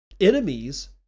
enemies